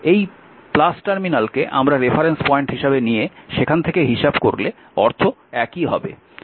এই টার্মিনালকে আমরা রেফারেন্স পয়েন্ট হিসাবে নিয়ে সেখান থেকে হিসাব করলে অর্থ একই হবে